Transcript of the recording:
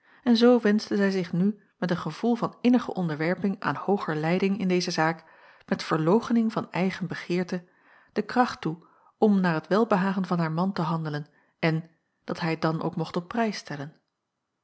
en zoo wenschte zij zich nu met een gevoel van innige onderwerping aan hooger leiding in deze zaak met verloochening van eigen begeerte de kracht toe om naar het welbehagen van haar man te handelen en dat hij het dan ook mocht op prijs stellen